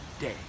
day